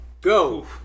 Go